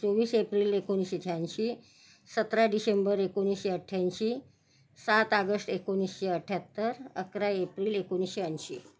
चोवीस एप्रिल एकोणीसशे शहाऐंशी सतरा डिशेंबर एकोणीसशे अठ्ठ्याऐंशी सात आगष्ट एकोणीसशे अठ्ठ्याहत्तर अकरा एप्रिल एकोणीसशे ऐंशी